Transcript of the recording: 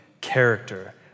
character